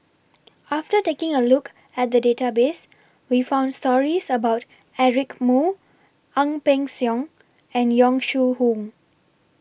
after taking A Look At The Database We found stories about Eric Moo Ang Peng Siong and Yong Shu Hoong